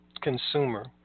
consumer